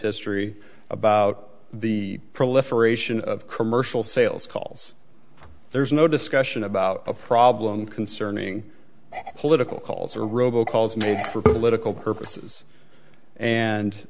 history about the proliferation of commercial sales calls there's no discussion about a problem concerning political calls or robo calls made for political purposes and